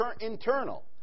internal